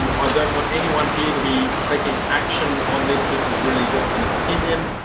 um ah don't want anyone here to be taking action on this. this is really just an opinion.